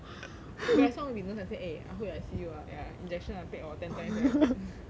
when I say I want to be nurse I said eh I hope you I see you ah ya injection I take about ten times then I take